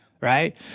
Right